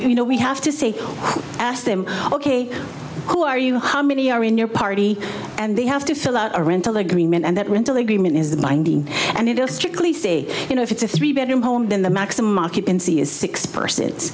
you know we have to say ask them ok who are you how many are in your party and they have to fill out a rental agreement and that rental agreement is the binding and it goes strictly say you know if it's a three bedroom home then the maximum occupancy is six per